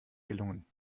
gelungen